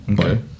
Okay